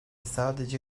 sadece